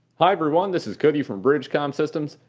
hi everyone this is cody from bridgecom systems,